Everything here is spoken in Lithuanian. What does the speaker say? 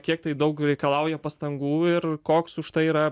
kiek tai daug reikalauja pastangų ir koks už tai yra